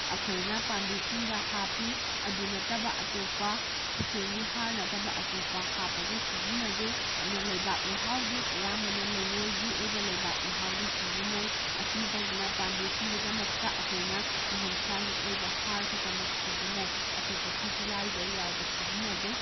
ꯑꯩꯈꯣꯏꯅ ꯄꯥꯝꯕꯤꯁꯤꯡꯗ ꯍꯥꯞꯄꯤ ꯑꯗꯨ ꯅꯠꯇꯕ ꯑꯇꯣꯞꯄ ꯈꯨꯠꯁꯦꯝꯒꯤ ꯍꯥꯔ ꯅꯠꯇꯕ ꯑꯇꯣꯞꯄ ꯍꯥꯞꯄꯒ ꯁꯤꯖꯤꯟꯅꯗꯦ ꯑꯗꯨꯅ ꯂꯩꯕꯥꯛ ꯂꯩꯍꯥꯎꯗꯤ ꯑꯌꯥꯝꯕꯅ ꯂꯩꯉꯣꯏꯒꯤ ꯑꯣꯏꯕ ꯂꯩꯕꯥꯛ ꯂꯩꯍꯥꯎꯗ ꯁꯤꯖꯤꯟꯅꯩ ꯑꯁꯨ ꯇꯧꯗꯅ ꯄꯥꯝꯕꯤꯁꯤꯡꯒꯤꯗꯃꯛꯇ ꯑꯩꯈꯣꯏꯅ ꯃꯍꯧꯁꯥꯒꯤ ꯑꯣꯏꯕ ꯍꯥꯔ ꯈꯇꯃꯛ ꯁꯤꯖꯤꯟꯅꯩ ꯑꯇꯣꯞꯄ ꯐꯔꯇꯤꯂꯥꯏꯖꯔ ꯌꯥꯎꯕ ꯁꯤꯖꯤꯟꯅꯗꯦ